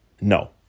No